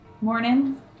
Morning